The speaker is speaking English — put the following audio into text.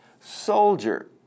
soldier